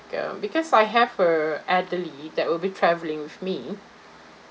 ya because I have a elderly that will be travelling with me